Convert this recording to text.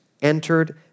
entered